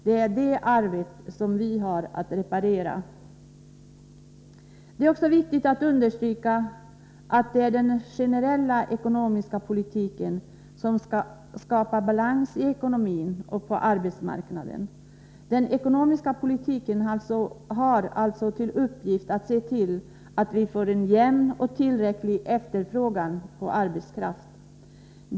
Det är det arvet som vi har att reparera. Det är också viktigt att understryka att det är den generella ekonomiska politiken som skall skapa balans i ekonomin och på arbetsmarknaden. Den ekonomiska politiken har alltså till uppgift att se till att vi får en jämn och tillräcklig efterfrågan på arbetskraft.